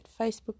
facebook